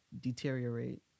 deteriorate